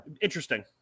Interesting